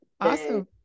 Awesome